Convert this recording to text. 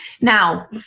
Now